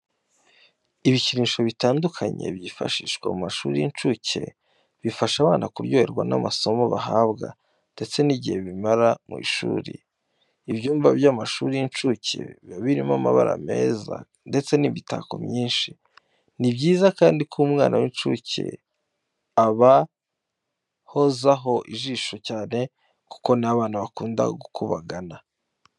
Ibikinisho bitandukanye byifashishwa mu mashuri y'incuke bifasha abana kuryoherwa n'amasomo bahabwa ndetse n'igihe bamara ku ishuri. Ibyumba by'amashuri y'incuke biba birimo amabara meza ndetse n'imitako myinshi. Ni byiza kandi ko umwarimu w'incuke abahozaho ijisho cyane kuko ni abana bakunda gukubagana.